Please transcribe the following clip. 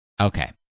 Okay